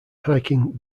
hiking